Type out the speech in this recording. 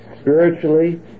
spiritually